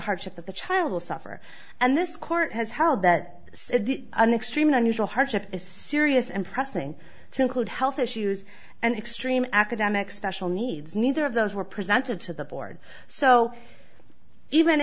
hardship that the child will suffer and this court has held that an extremely unusual hardship is serious and pressing to include health issues and extreme academic special needs neither of those were presented to the board so even